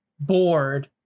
bored